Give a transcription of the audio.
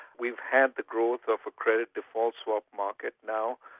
we've had the growth of a credit default swap market now,